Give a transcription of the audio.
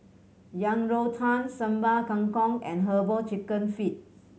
Yang Rou Tang Sambal Kangkong and Herbal Chicken Feet